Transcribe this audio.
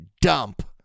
dump